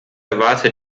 erwarte